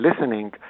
listening